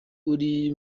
uri